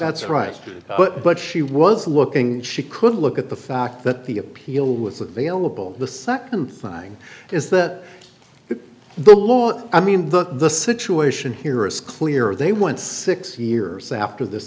that's right but she was looking she could look at the fact that the appeal was available the nd thing is that the law i mean look at the situation here it's clear they want six years after this